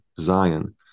Zion